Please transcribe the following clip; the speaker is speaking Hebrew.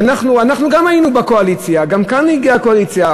ואנחנו, גם אנחנו היינו בקואליציה.